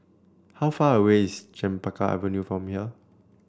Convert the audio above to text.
how far away is Chempaka Avenue from here